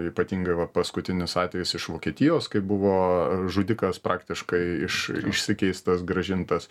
ypatingai va paskutinis atvejis iš vokietijos kai buvo žudikas praktiškai iš išsikeistas grąžintas